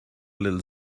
little